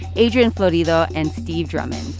adrian florido and steve drummond.